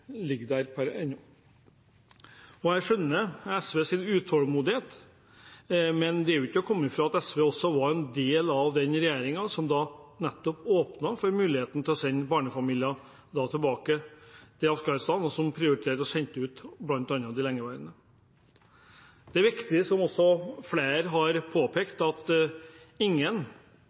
er ikke til å komme fra at SV også var en del av den regjeringen som nettopp åpnet for muligheten til å sende barnefamilier tilbake til Afghanistan, og som prioriterte å sende ut bl.a. de lengeværende. Det er riktig, som flere har